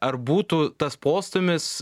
ar būtų tas postūmis